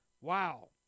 Wow